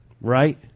Right